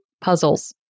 puzzles